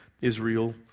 Israel